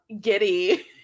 giddy